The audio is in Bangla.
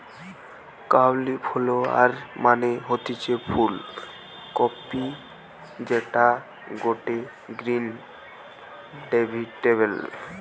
কাউলিফলোয়ার মানে হতিছে ফুল কপি যেটা গটে গ্রিন ভেজিটেবল